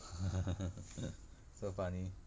so funny